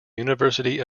university